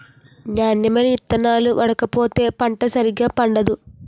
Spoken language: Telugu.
నాణ్యమైన ఇత్తనాలు ఓడకపోతే పంట సరిగా పండదు